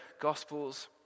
Gospels